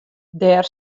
dêr